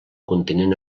continent